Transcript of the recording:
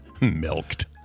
Milked